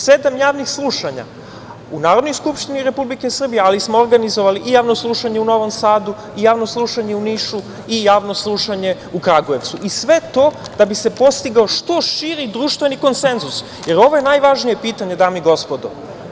Sedam javnih slušanja u Narodnoj skupštini Republike Srbije, ali smo organizovali i javno slušanje u Novom Sadu, javno slušanje u Nišu, javno slušanje u Kragujevcu, sve to da bi se postigao što širi društveni konsenzus, jer ovo je najvažnije pitanje, dame i gospodo.